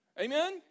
amen